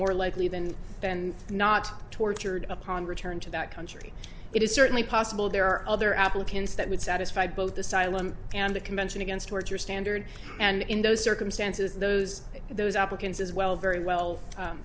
more likely than not tortured upon return to that country it is certainly possible there are other applications that would satisfy both asylum and the convention against torture standard and in those circumstances those those applicants as well very well